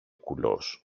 κουλός